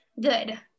good